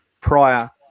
prior